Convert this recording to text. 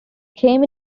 came